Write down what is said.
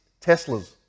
Teslas